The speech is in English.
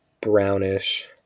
brownish